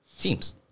teams